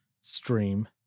stream